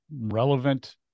relevant